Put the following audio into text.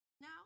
now